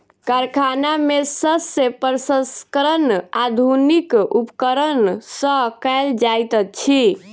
कारखाना में शस्य प्रसंस्करण आधुनिक उपकरण सॅ कयल जाइत अछि